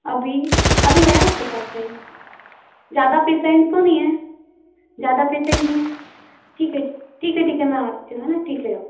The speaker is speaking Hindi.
अभी अभी है आपके पास टाइम ज़्यादा पेशन्ट तो नहीं है ज़्यादा पेशन्ट नहीं हैं ठीक है ठीक है ठीक है मैं आती हूँ है ना ठीक है अब